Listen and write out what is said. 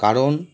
কারণ